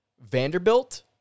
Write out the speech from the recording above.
Vanderbilt